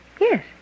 Yes